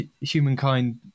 humankind